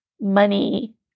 money